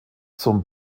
zum